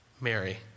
Mary